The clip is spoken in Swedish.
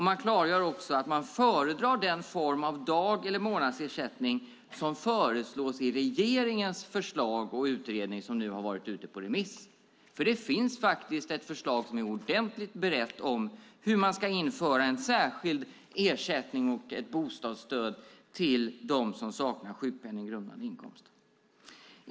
Man klargör att man föredrar den form av dag eller månadsersättning som föreslås i regeringens förslag och utredning som har varit ute på remiss. Det finns ett förslag som är ordentligt berett om hur man ska införa en särskild ersättning och ett bostadsstöd till dem som saknar sjukpenninggrundande inkomst.